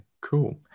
cool